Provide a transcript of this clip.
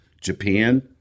Japan